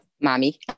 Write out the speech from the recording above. Mommy